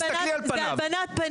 תסתכלי על פניו.